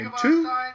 two